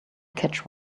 catch